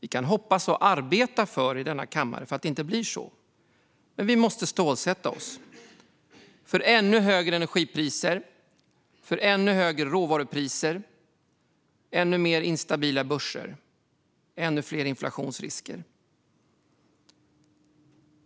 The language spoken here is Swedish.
Vi kan hoppas och arbeta för i denna kammare att det inte blir så, men vi måste stålsätta oss för ännu högre energipriser, ännu högre råvarupriser, ännu mer instabila börser och ännu fler inflationsrisker.